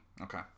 Okay